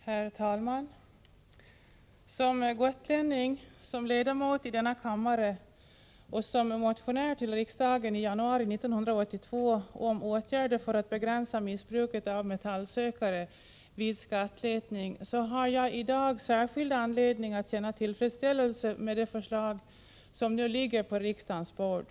Herr talman! Som gotlänning, som ledamot av denna kammare och som Torsdagen den motionär till riksdagen ii januari 1982 om åtgärder för att begränsa missbruket 2 maj 1985 av metallsökare vid skattletning har jag i dag särskild anledning att känna tillfredsställelse med det förslag som nu ligger på riksdagens bord.